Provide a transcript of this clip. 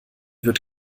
wird